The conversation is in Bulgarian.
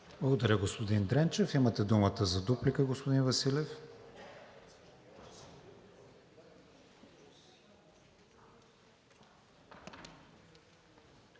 Благодаря, господин Дренчев. Имате думата за дуплика, господин Василев.